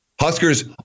Huskers